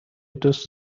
دوست